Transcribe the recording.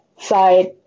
side